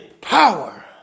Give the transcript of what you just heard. power